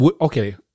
okay